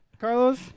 Carlos